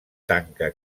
tanca